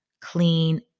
clean